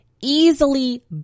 easily